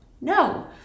No